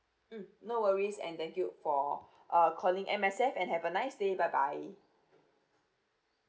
mmhmm no worries and thank you for uh calling M_S_F and have a nice day bye bye